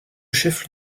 chef